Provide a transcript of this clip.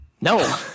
No